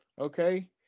Okay